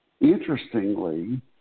Interestingly